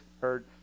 heard